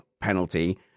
penalty